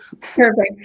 Perfect